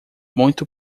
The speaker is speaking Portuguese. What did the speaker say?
muito